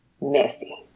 Messy